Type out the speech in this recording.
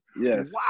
yes